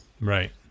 Right